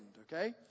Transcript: okay